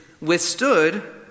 withstood